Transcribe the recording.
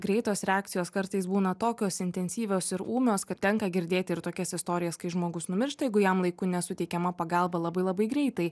greitos reakcijos kartais būna tokios intensyvios ir ūmios kad tenka girdėti ir tokias istorijas kai žmogus numiršta jeigu jam laiku nesuteikiama pagalba labai labai greitai